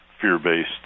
fear-based